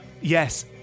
yes